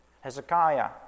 Hezekiah